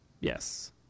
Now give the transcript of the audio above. Yes